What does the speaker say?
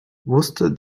wusste